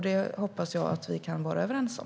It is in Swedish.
Det hoppas jag att vi kan vara överens om.